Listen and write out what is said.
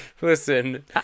Listen